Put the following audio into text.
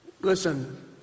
Listen